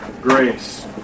grace